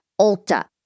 Ulta